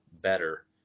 better